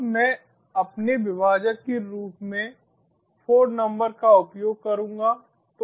अब मैं अपने विभाजक के रूप में 4 नंबर का उपयोग करूंगा